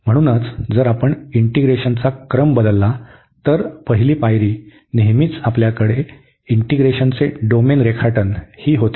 म्हणूनच जर आपण इंटीग्रेशनच क्रम बदलला तर पहिली पायरी नेहमीच आपल्याकडे इंटीग्रेशनचे डोमेन रेखाटन ही होते